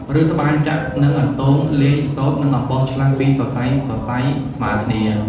ឬត្បាញចាក់និងអន្ទងលាយសូត្រនិងអំបោះឆ្លាស់ពីរសរសៃៗស្មើគ្នា។